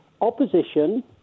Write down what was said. opposition